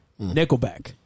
Nickelback